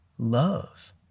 Love